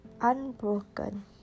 unbroken